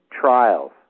trials